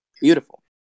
Beautiful